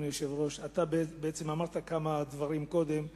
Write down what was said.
אדוני היושב-ראש: אתה בעצם אמרת כמה דברים קודם,